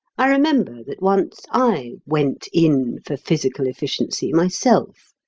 i remember that once i went in for physical efficiency myself.